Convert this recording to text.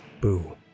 Boo